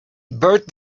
bert